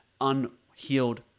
unhealed